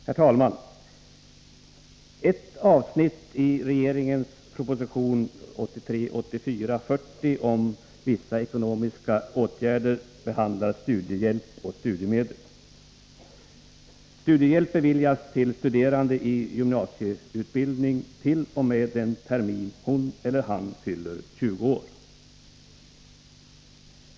Herr talman! Ett avsnitt i regeringens proposition 1983/84:40 om vissa ekonomisk-politiska åtgärder behandlar studiehjälp och studiemedel. Studiehjälp beviljas till studerande i gymnasieutbildning t.o.m. den termin hon eller han fyller 20 år.